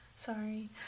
Sorry